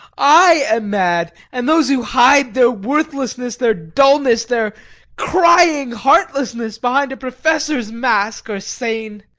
i am mad, and those who hide their worthlessness, their dullness, their crying heartlessness behind a professor's mask, are sane!